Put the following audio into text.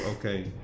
okay